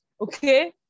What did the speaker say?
okay